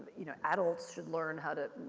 you know, adults should learn how to,